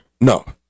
No